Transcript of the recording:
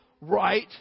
right